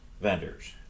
vendors